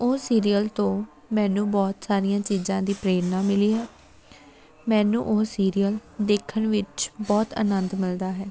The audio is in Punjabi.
ਉਹ ਸੀਰੀਅਲ ਤੋਂ ਮੈਨੂੰ ਬਹੁਤ ਸਾਰੀਆਂ ਚੀਜ਼ਾਂ ਦੀ ਪ੍ਰੇਰਨਾ ਮਿਲੀ ਹੈ ਮੈਨੂੰ ਉਹ ਸੀਰੀਅਲ ਦੇਖਣ ਵਿੱਚ ਬਹੁਤ ਆਨੰਦ ਮਿਲਦਾ ਹੈ